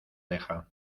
deja